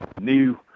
new